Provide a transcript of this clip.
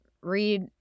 read